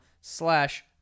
slash